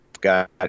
Got